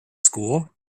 school